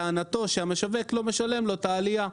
טענתו היא שהמשווק לא משלם לו את העלייה.